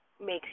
makes